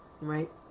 right